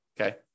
okay